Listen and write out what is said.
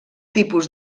tipus